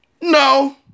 No